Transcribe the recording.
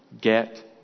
get